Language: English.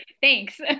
Thanks